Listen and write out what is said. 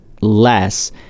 less